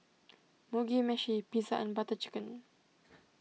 Mugi Meshi Pizza and Butter Chicken